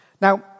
Now